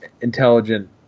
intelligent